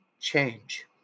change